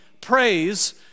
praise